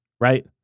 right